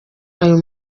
ayo